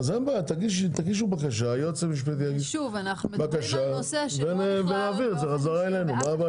אין בעיה, תגישו בקשה להעביר את זה חזרה אלינו.